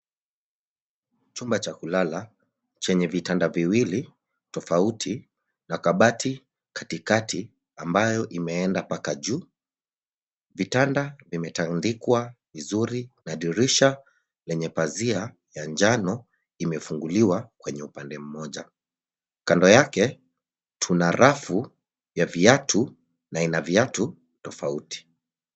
Chumba cha kulala chenye vitanda viwili tofauti na kabati katikati ambayo imeenda mpaka juu. Vitanda vimetandikwa vizuri na dirisha lenye pazia ya njano imefunguliwa kwenye upande mmoja. Kando yake tuna rafu ya viatu na ina viatu tofauti.